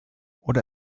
oder